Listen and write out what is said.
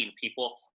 people